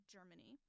Germany